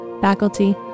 faculty